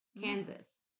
kansas